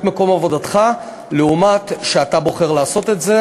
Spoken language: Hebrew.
מקום עבודתך לעומת כשאתה בוחר לעשות את זה.